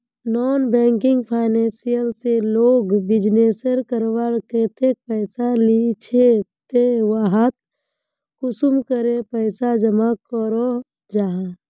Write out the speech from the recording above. Non banking financial से लोग business करवार केते पैसा लिझे ते वहात कुंसम करे पैसा जमा करो जाहा?